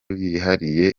yihariye